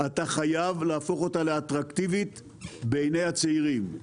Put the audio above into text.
אתה חייב להפוך אותה לאטרקטיבית בעיני הצעירים.